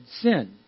sin